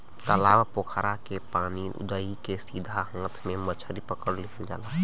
तालाब पोखरा के पानी उदही के सीधा हाथ से मछरी पकड़ लिहल जाला